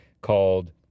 called